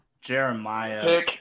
Jeremiah